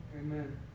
Amen